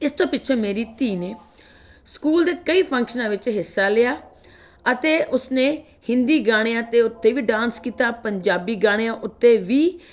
ਇਸ ਤੋਂ ਪਿੱਛੋਂ ਮੇਰੀ ਧੀ ਨੇ ਸਕੂਲ ਦੇ ਕਈ ਫੰਕਸ਼ਨਾਂ ਵਿੱਚ ਹਿੱਸਾ ਲਿਆ ਅਤੇ ਉਸਨੇ ਹਿੰਦੀ ਗਾਣਿਆਂ ਦੇ ਉੱਤੇ ਵੀ ਡਾਂਸ ਕੀਤਾ ਪੰਜਾਬੀ ਗਾਣਿਆਂ ਉੱਤੇ ਵੀ